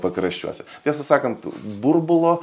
pakraščiuose tiesą sakant burbulo